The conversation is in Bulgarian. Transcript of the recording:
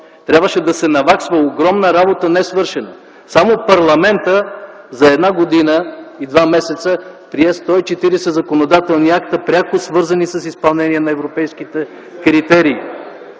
Трябваше да се наваксва огромна несвършена работа. Само парламентът за една година и два месеца прие 140 законодателни акта, пряко свързани с изпълнението на европейските критерии,